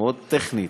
מאוד טכנית,